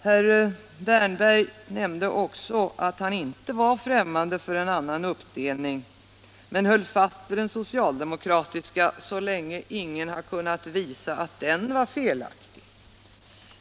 Herr Wärnberg nämnde vidare att han inte var främmande för en annan uppdelning men höll fast vid den socialdemokratiska så länge ingen har kunnat visa att den var felaktig.